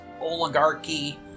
oligarchy